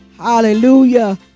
Hallelujah